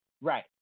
Right